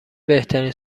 بهترین